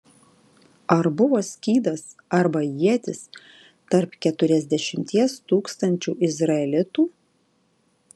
ar buvo skydas arba ietis tarp keturiasdešimties tūkstančių izraelitų